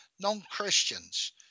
non-Christians